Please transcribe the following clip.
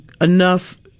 enough